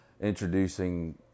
introducing